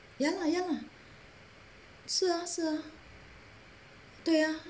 ya lah ya lah 是啊是啊对啊